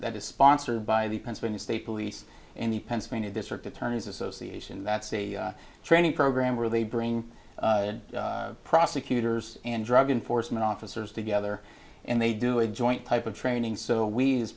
that is sponsored by the pennsylvania state police and the pennsylvania district attorney's association that's a training program where they bring prosecutors and drug enforcement officers together and they do a joint type of training so we